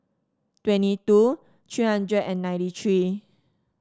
twenty two three hundred and ninety three